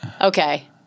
Okay